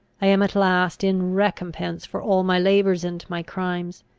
i am at last, in recompense for all my labours and my crimes,